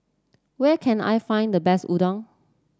where can I find the best Udon